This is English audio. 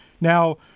Now